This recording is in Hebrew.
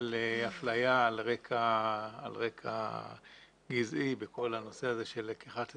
של אפליה על רקע גזעי בכל הנושא הזה של לקיחת אזרחות,